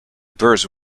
birds